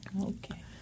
Okay